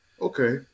okay